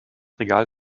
regal